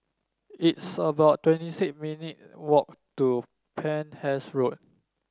it's about twenty six minutes' walk to Penhas Road